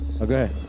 Okay